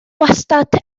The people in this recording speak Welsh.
wastad